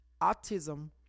Autism